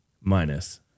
Minus